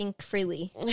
freely